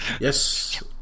Yes